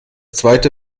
zweite